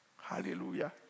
Hallelujah